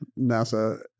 NASA